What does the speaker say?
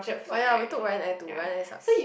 oh ya we took Ryan-Air too Ryan-Air sucks